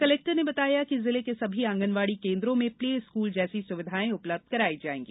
collector ने बताया कि जिले के सभी आंगनवाड़ी केन्द्रों में प्ले स्कूल जैसी सुविधाये उपलब्ध कराई जायेंगी